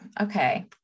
okay